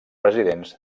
presidents